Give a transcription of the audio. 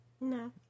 No